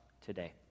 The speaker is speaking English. today